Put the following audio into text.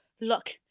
look